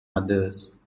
others